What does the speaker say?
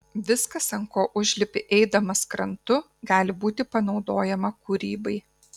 viskas ant ko užlipi eidamas krantu gali būti panaudojama kūrybai